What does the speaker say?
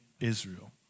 Israel